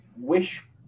Wish